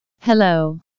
Hello